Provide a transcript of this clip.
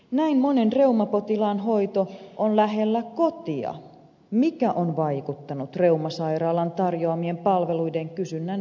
näin monen reumapotilaan hoito on lähellä kotia mikä on vaikuttanut reumasairaalan tarjoamien palveluiden kysynnän vähenemiseen